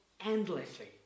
endlessly